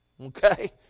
okay